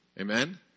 Amen